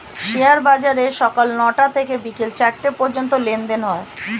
share বাজারে সকাল নয়টা থেকে বিকেল চারটে পর্যন্ত লেনদেন হয়